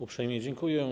Uprzejmie dziękuję.